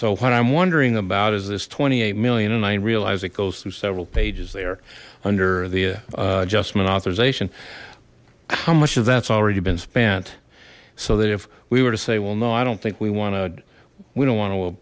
so what i'm wondering about is this twenty eight million and i realize it goes through several pages there under the adjustment authorization how much of that's already been spent so that if we were to say well no i don't think we want to we don't want to